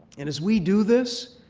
and as we do this,